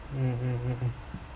mm mm mm mm